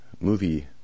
movie